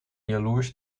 jaloers